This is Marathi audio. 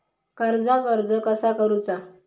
कर्जाक अर्ज कसा करुचा?